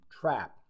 trap